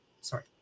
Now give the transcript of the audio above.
sorry